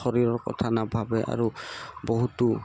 শৰীৰৰ কথা নাভাবে আৰু বহুতো